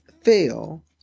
fail